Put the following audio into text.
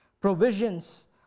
Provisions